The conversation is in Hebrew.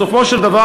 בסופו של דבר,